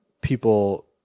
people